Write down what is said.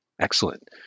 Excellent